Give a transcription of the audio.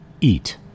eat